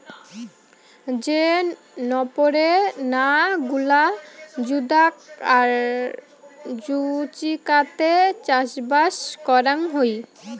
যে নপরে না গুলা জুদাগ আর জুচিকাতে চাষবাস করাং হই